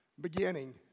Beginning